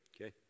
okay